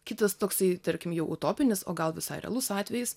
kitas toksai tarkim jau utopinis o gal visai realus atvejis